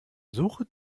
suche